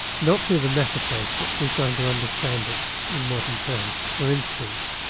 not through the metaphors but through trying to understand it in modern terms. for instance,